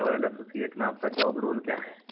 royal Associates में आपका job role क्या है